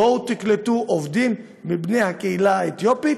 בואו תקלטו עובדים מבני הקהילה האתיופית,